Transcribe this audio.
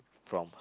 from her